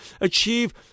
achieve